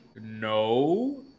No